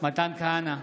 מתן כהנא,